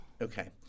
Okay